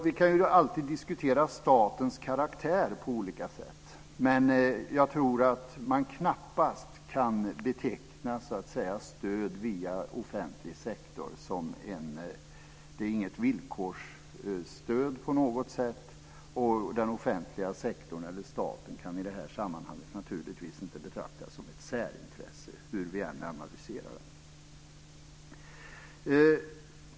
Vi kan alltid diskutera statens karaktär på olika sätt, men jag tror att man knappast kan beteckna stöd via offentlig sektor som ett villkorsstöd på något sätt. Den offentliga sektorn eller staten kan i det här sammanhanget naturligtvis inte betraktas som ett särintresse, hur vi än analyserar den.